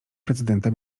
prezydenta